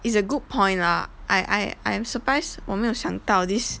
it's a good point lah I I I'm surprised 我没有想到 this